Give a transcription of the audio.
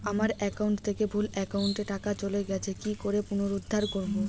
আমার একাউন্ট থেকে ভুল একাউন্টে টাকা চলে গেছে কি করে পুনরুদ্ধার করবো?